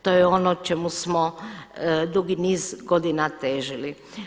To je ono čemu smo dugi niz godina težili.